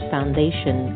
Foundation